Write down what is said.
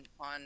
on